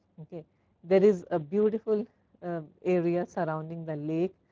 there is a beautiful area surrounding the lake,